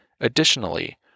Additionally